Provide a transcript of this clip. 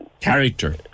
Character